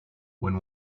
when